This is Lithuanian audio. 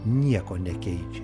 nieko nekeičia